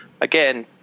again